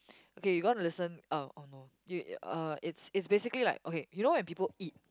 okay you gonna listen uh oh no you uh it's it's basically like okay you know when people eat